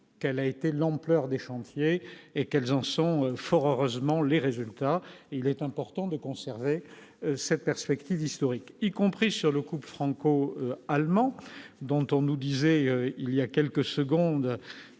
quelle a été l'ampleur des chantiers et quelles en sont fort heureusement les résultats, il est important de conserver cette perspective historique, y compris sur le couple franco-allemand dont on nous disait il y a quelques secondes